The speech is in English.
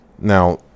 Now